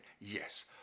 Yes